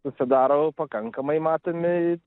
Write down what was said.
susidaro pakankamai matomi